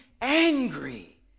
angry